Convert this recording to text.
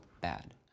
bad